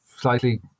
slightly